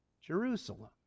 Jerusalem